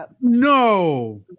No